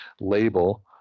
label